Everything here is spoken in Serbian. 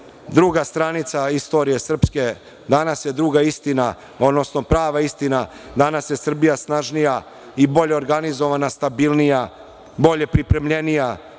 druga stranica istorije srpske, danas je druga istina, odnosno prava istina, danas je Srbija snažnija i bolje organizovana, stabilnija, bolje pripremljenija,